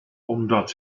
omdat